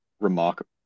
remarkable